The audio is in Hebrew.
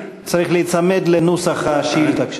צריך להיצמד לנוסח השאילתה.